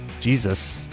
Jesus